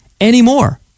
anymore